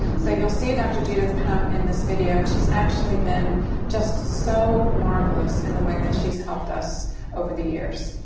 so, you'll see dr. judith cohen in this video and she's actually been just so marvelous in the way that she's helped us over the years.